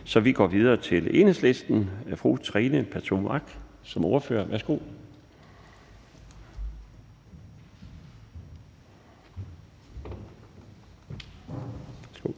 så vi går videre til Enhedslistens fru Trine Pertou Mach som ordfører. Værsgo.